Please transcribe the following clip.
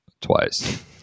twice